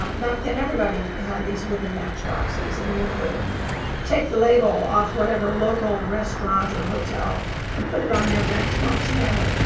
um back then everybody had these wooden matchboxes and you could take the label off whatever local restaurant or hotel and put it on your matchbox camera.